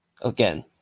again